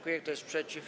Kto jest przeciw?